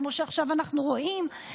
כמו שעכשיו אנחנו רואים,